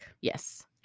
Yes